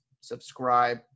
subscribe